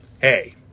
hey